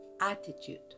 attitude